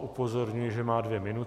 Upozorňuji, že má dvě minuty.